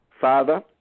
Father